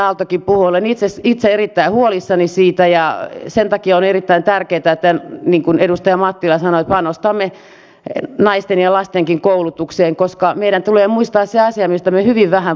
olen itse erittäin huolissani siitä ja sen takia on erittäin tärkeätä niin kuin edustaja mattila sanoi että panostamme naisten ja lastenkin koulutukseen koska meidän tulee muistaa se asia mistä me hyvin vähän puhumme